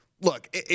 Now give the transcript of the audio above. look